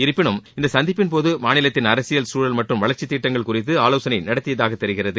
இருப்பினும் இந்த சந்திப்பின்போது மாநிலத்தின் அரசியல் சூழல் மற்றும் வளர்ச்சித் திட்டங்கள் குறித்து ஆலோசனை நடத்தியதாக தெரிகிறது